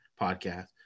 podcast